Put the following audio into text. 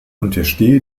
unterstehe